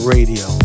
Radio